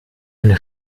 eine